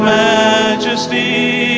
majesty